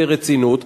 ורצינות,